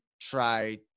try